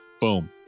Boom